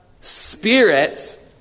spirit